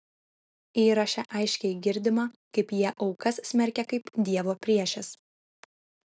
įraše aiškiai girdima kaip jie aukas smerkia kaip dievo priešes